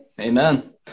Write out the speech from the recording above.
Amen